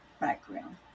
background